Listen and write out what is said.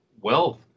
wealth